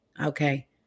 Okay